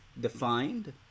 defined